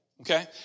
okay